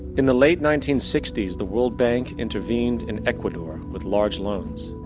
in the late nineteen sixty s, the world bank intervened in ecuador with large loans.